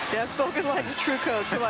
that's spoken like a true coach